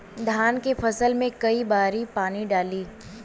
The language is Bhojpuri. धान के फसल मे कई बारी पानी डाली?